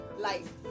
life